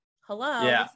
hello